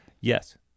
Yes